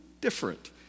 different